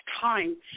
time